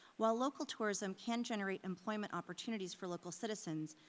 while local tourism can generate employment opportunities for local citizens,